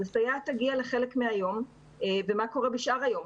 אז הסייעת תגיע לחלק מהיום ומה קורה בשאר היום?